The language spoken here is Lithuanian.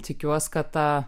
tikiuosi kad tą